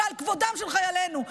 ועל כבודם של חיילינו.